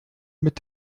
mit